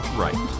right